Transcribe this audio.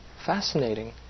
fascinating